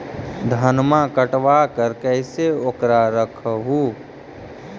धनमा कटबाकार कैसे उकरा रख हू?